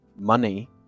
money